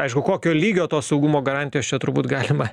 aišku kokio lygio tos saugumo garantijos čia turbūt galima